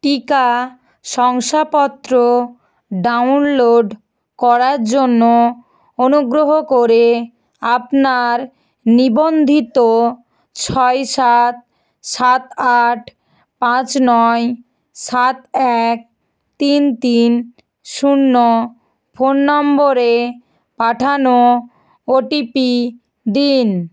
টিকা শংসাপত্র ডাউনলোড করার জন্য অনুগ্রহ করে আপনার নিবন্ধিত ছয় সাত সাত আট পাঁচ নয় সাত এক তিন তিন শূন্য ফোন নম্বরে পাঠানো ওটিপি দিন